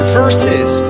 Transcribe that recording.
verses